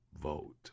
vote